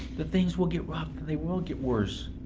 that things will get rough, and they will get worse,